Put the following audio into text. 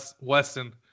Weston